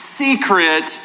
secret